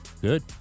Good